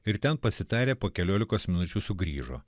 ir ten pasitarę po keliolikos minučių sugrįžo